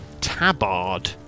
tabard